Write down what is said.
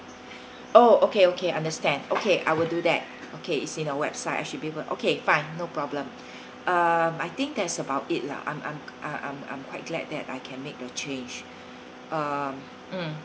oh okay okay understand okay I will do that okay is in a website okay fine no problem um I think that's about it lah I'm I'm uh I'm I'm quite glad that I can make the change uh mm